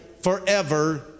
forever